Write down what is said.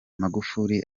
magufuli